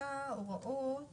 החקיקה הוראות